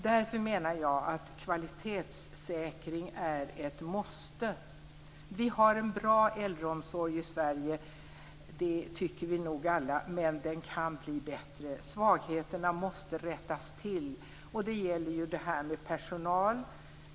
Därför menar jag att kvalitetssäkring är ett måste. Att vi har en bra äldreomsorg i Sverige tycker vi nog alla men den kan bli bättre. Svagheterna måste rättas till. Det gäller då detta med personal.